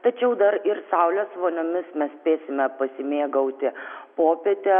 tačiau dar ir saulės voniomis mes spėsime pasimėgauti popietę